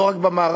לא רק במערב,